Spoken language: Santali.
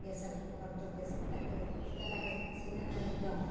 ᱜᱮᱥ ᱟᱹᱱᱤᱡ ᱦᱚᱲ ᱫᱚ ᱜᱮᱥ ᱵᱟᱠᱷᱟᱱ ᱫᱚ ᱪᱤᱠᱟᱹ ᱠᱟᱛᱮᱢ ᱤᱥᱤᱱᱟ ᱟᱨᱮᱢ ᱡᱚᱢᱟ